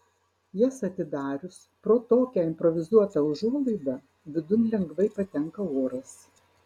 jas atidarius pro tokią improvizuotą užuolaidą vidun lengvai patenka oras